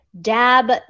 dab